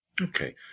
Okay